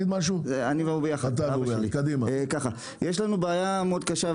לנו בעיה קשה,